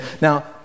now